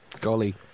Golly